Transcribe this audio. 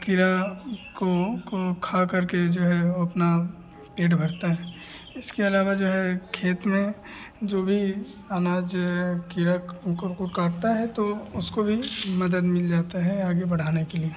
कीड़ा को को खा करके जो है वह अपना पेट भरते हैं इसके अलावा जो है खेत में जो भी अनाज कीड़ा को उनको लोग को काटता है तो उसको भी मदद मिल जाती है आगे बढ़ाने के लिए